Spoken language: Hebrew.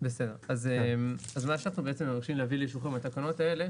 אז מה שאנחנו מבקשים להביא לאישורכם בתקנות האלה